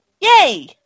yay